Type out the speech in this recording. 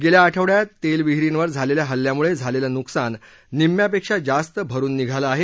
गेल्या आठवड्यात तेल विहिरींवर झालेल्या हल्ल्यामुळे झालेलं नुकसान निम्यापेक्षा जास्त भरुन निघालं आहे